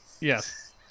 Yes